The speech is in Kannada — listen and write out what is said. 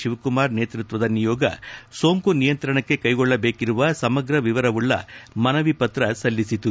ಶಿವಕುಮಾರ್ ನೇತೃತ್ವದ ನಿಯೋಗ ಸೋಂಕು ನಿಯಂತ್ರಣಕ್ಕೆ ಕೈಗೊಳ್ಳಬೇಕಿರುವ ಸಮಗ್ರ ವಿವರವುಳ್ಳ ಮನವಿ ಪತ್ರ ಸಲ್ಲಿಸಿತು